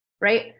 right